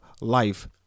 life